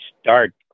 start